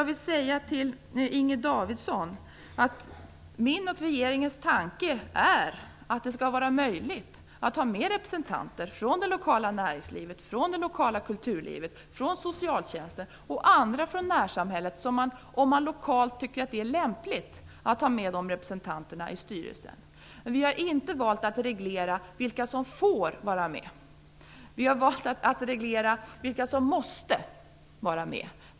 Min och regeringens tanke, Inger Davidson, är att det skall vara möjligt att ha med representanter från det lokala näringslivet, från det lokala kulturlivet och från socialtjänsten samt andra i närsamhället som man lokalt tycker att det är lämpligt att ha med som representanter i styrelsen. Vi har inte valt att reglera vilka som får vara med. I stället har vi valt att reglera vilka som måste vara med.